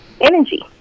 energy